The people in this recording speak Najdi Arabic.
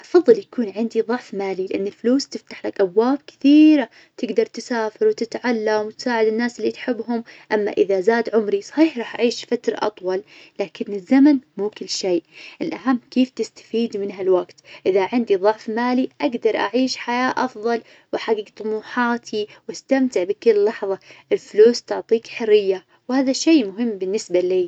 أفظل يكون عندي ظعف مالي لأن الفلوس تفتح لك أبواب كثيرة تقدر تسافر وتتعلم وتساعد الناس اللي تحبهم. أما إذا زاد عمري صحيح راح أعيش فترة أطول لكن الزمن مو كل شيء الأهم كيف تستفيد من ها الوقت؟ إذا عندي ظعف مالي أقدر أعيش حياة أفظل وأحقق طموحاتي واستمتع بكل لحظة. الفلوس تعطيك حرية وهذا الشي مهم بالنسبة لي.